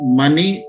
money